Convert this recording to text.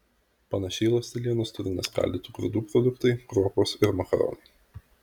panašiai ląstelienos turi neskaldytų grūdų produktai kruopos ir makaronai